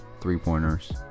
three-pointers